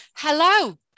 Hello